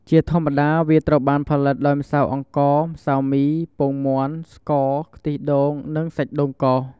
ជាធម្មតាវាត្រូវបានផលិតដោយម្សៅអង្ករ ម្សៅមី ពងមាន់ ស្ករ ខ្ទិះដូង និងសាច់ដូងកោស។